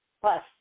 plus